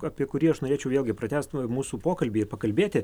apie kurį aš norėčiau vėlgi pratęst mūsų pokalbį ir pakalbėti